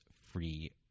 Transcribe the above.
free